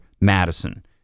Madison